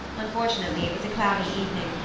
unfortunately, it was a cloudy evening,